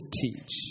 teach